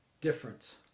difference